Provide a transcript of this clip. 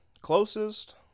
closest